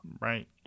Right